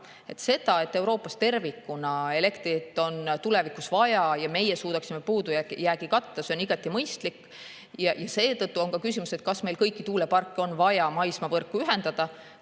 See, et Euroopas tervikuna on elektrit tulevikus vaja ja meie suudaksime puudujäägi katta, on igati mõistlik. Seetõttu on ka küsimus, kas meil kõiki tuuleparke on vaja maismaavõrku ühendada,